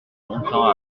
longtemps